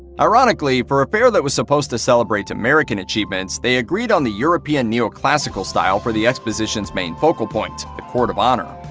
ironically, for a fair that was supposed to celebrate american achievements, they agreed on the european neoclassical style for the exposition's main focal point the court of honor.